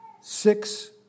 six